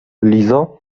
lizo